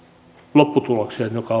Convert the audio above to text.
lopputulokseen joka